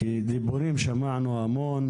שמענו הרבה דיבורים,